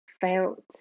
felt